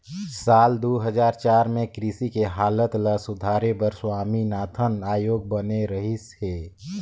साल दू हजार चार में कृषि के हालत ल सुधारे बर स्वामीनाथन आयोग बने रहिस हे